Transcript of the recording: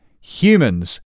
humans